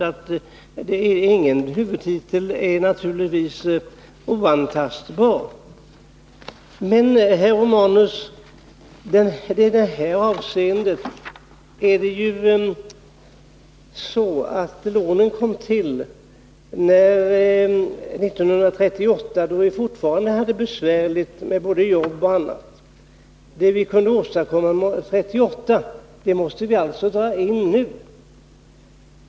Ja, ingen huvudtitel är naturligtvis oantastbar, men de här lånen kom till 1938, herr Romanus, då vi fortfarande hade besvärligt med både jobb och annat. Det vi kunde åstadkomma 1938 måste vi alltså dra in nu.